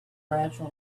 gradual